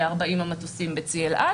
ב-40 המטוסים בצי אל על,